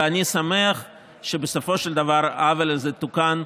ואני שמח שבסופו של דבר העוול הזה תוקן,